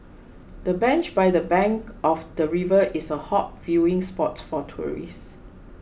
the bench by the bank of the river is a hot viewing spot for tourists